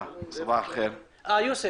לגבי הרכב הוועדה כי לדעתי